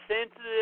sensitive